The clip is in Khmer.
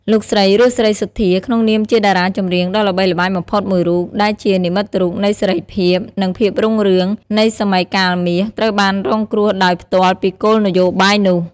លោកស្រី រស់ សេរីសុទ្ធា ក្នុងនាមជាតារាចម្រៀងដ៏ល្បីល្បាញបំផុតមួយរូប ដែលជា និមិត្តរូបនៃសេរីភាព និងភាពរុងរឿង នៃសម័យកាលមាស ត្រូវបានរងគ្រោះដោយផ្ទាល់ពីគោលនយោបាយនោះ។